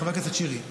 חבר הכנסת שירי,